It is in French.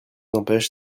empêche